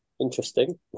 interesting